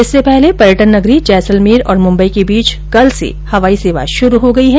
इससे पहले पर्यटन नगरी जैसलमेर और मुंबई के बीच कल से हवाई सेवा की शुरूआत हो गई है